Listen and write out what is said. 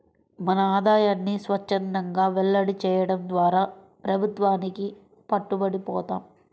మన ఆదాయాన్ని స్వఛ్చందంగా వెల్లడి చేయడం ద్వారా ప్రభుత్వానికి పట్టుబడి పోతాం